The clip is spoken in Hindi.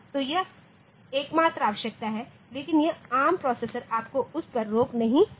तो यह एकमात्र आवश्यकता है लेकिन यह एआरएम प्रोसेसर आपको उस पर रोक नहीं देगा